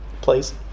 Please